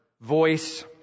voice